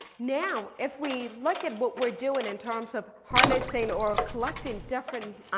now if we look at what we're doing in terms of harnessing or collecting different